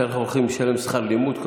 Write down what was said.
שאנחנו הולכים לשלם שכר לימוד כל כך ארוך?